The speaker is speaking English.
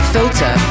Filter